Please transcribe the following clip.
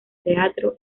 teatro